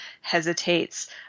hesitates